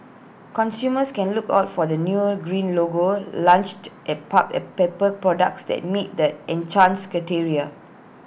consumers can look out for the new green logo launched at pulp and paper products that meet the criteria